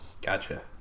Gotcha